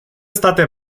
state